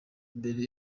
mbere